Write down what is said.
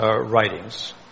writings